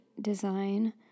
design